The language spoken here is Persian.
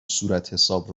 صورتحساب